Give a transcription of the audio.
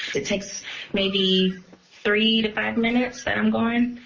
it it takes maybe three to five minutes that i'm gone.